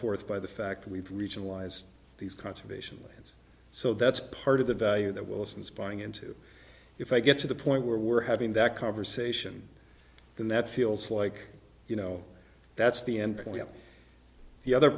forth by the fact we've been regionalized these conservation so that's part of the value that wilson's buying into if i get to the point where we're having that conversation then that feels like you know that's the